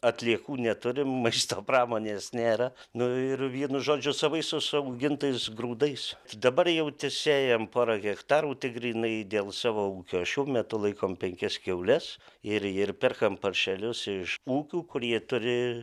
atliekų neturim maisto pramonės nėra nu ir vienu žodžiu savais užsiaugintais grūdais dabar jau tesėjam porą hektarų tik grynai dėl savo ūkio šiuo metu laikom penkias kiaules ir ir perkam paršelius iš ūkių kurie turi